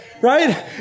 right